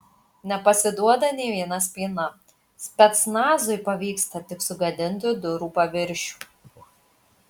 nepasiduoda nė viena spyna specnazui pavyksta tik sugadinti durų paviršių